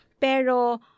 Pero